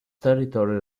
territory